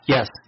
Yes